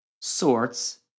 sorts